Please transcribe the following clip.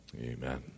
Amen